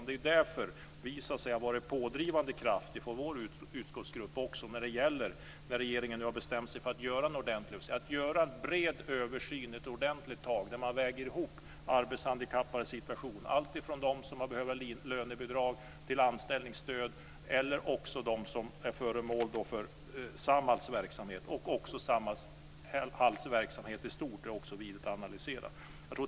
Det är därför vår utskottsgrupp har varit en pådrivande kraft när regeringen nu har bestämt sig för att göra en bred översyn där man väger ihop arbetshandikappades situation, alltifrån dem som behöver lönebidrag till dem som behöver anställningsstöd eller är föremål för Samhalls verksamhet. Även Samhalls verksamhet är vi inne på att analysera.